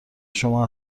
شما